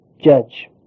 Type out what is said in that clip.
judge